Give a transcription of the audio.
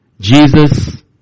Jesus